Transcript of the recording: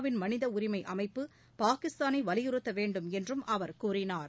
win மனிதஉரிமைஅமைப்பு பாகிஸ்தானைவலியுறுத்தவேண்டுமென்றும் அவர் கூறினார்